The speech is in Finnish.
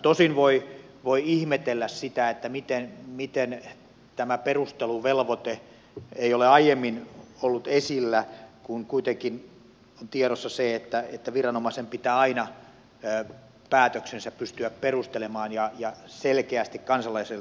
tosin voi ihmetellä sitä miten tämä perusteluvelvoite ei ole aiemmin ollut esillä kun kuitenkin on tiedossa se että viranomaisen pitää aina päätöksensä pystyä perustelemaan ja selkeästi kansalaisille tuomaan perustelut ilmi